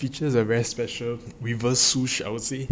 it features a very special reverse shoes I would say